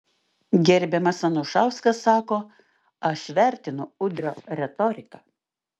gerbiamas anušauskas sako aš vertinu udrio retoriką